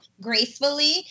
gracefully